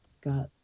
got